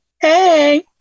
Hey